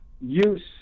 use